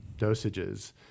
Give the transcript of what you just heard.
dosages